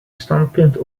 standpunt